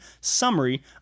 summary